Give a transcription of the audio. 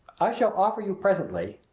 i shall offer you presently,